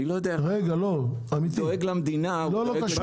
אני לא יודע --- דואג למדינה --- לא, לא קשור.